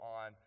on